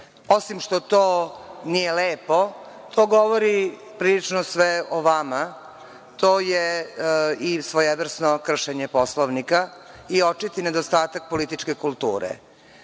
Osim što to nije lepo, to govori prilično sve o vama. To je i svojevrsno kršenje Poslovnika i očiti nedostatak političke kulture. Veza